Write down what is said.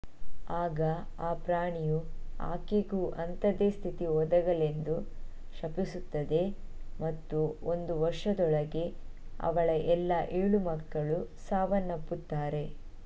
ಆಗ ಆ ಪ್ರಾಣಿಯು ಆಕೆಗೂ ಅಂಥದ್ದೇ ಸ್ಥಿತಿ ಒದಗಲೆಂದು ಶಪಿಸುತ್ತದೆ ಮತ್ತು ಒಂದು ವರ್ಷದೊಳಗೆ ಅವಳ ಎಲ್ಲ ಏಳು ಮಕ್ಕಳು ಸಾವನ್ನಪ್ಪುತ್ತಾರೆ